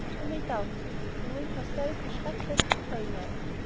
you may doubt this, knowing how selfish, reckless, and vain i am,